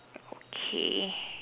okay